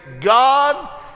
God